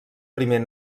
primer